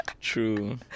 True